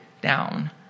down